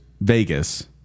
Vegas